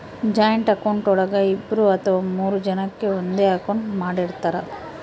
joint account ಒಳಗ ಇಬ್ರು ಅಥವಾ ಮೂರು ಜನಕೆ ಒಂದೇ ಅಕೌಂಟ್ ಮಾಡಿರ್ತರಾ